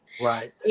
Right